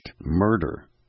murder